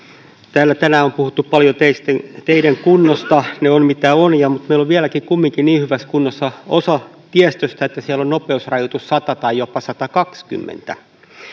täällä tänään on puhuttu paljon teiden kunnosta ne ovat mitä ovat mutta meillä on vieläkin kumminkin niin hyvässä kunnossa osa tiestöstä että siellä on nopeusrajoitus sata tai jopa satakaksikymmentä